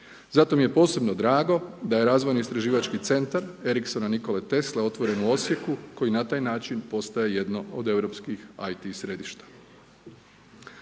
Zato mi je posebno drago da je razvojno istraživački centar Ericssona Nikole Tesle otvoren u Osijeku koji na taj način postaje jedno od Europskih IT središta.